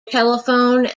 telephone